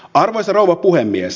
arvoisa rouva puhemies